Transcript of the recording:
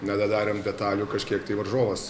nedadarėm detalių kažkiek tai varžovas